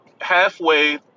halfway